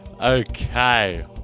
Okay